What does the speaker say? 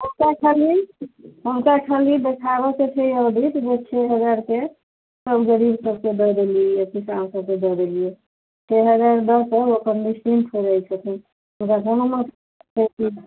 हम तऽ एखन हम तऽ एखन देखाबैके छै ऑडिटमे छिए हमरा आरिके गरीब सबके दऽ देलिए हँ किसान सबके दऽ देलिए हँ तहरीर दऽ कऽ ओसब निश्चिन्तसँ जाइ छथिन